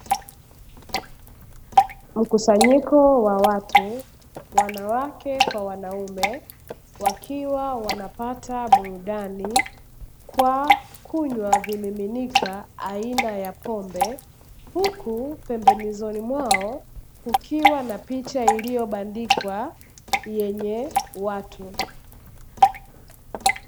Mkusanyiko wa watu wanawake kwa wanaume. Wakiwa wanapata burudani kwa kunywa vimiminika aina ya pombe huku pembenizoni mwao kukiwa na picha iliyobandikwa yenye watu.